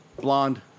blonde